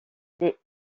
les